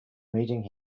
meeting